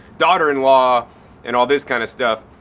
daughter in law and all this kind of stuff.